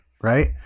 right